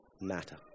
matter